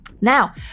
Now